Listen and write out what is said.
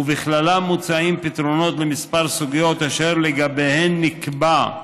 ובהם מוצעים פתרונות לכמה סוגיות אשר לגביהן נקבע,